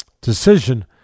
decision